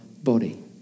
body